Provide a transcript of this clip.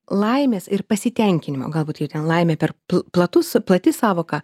laimės ir pasitenkinimo galbūt jau ten laimė per platus plati sąvoka